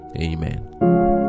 Amen